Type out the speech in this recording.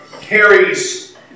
carries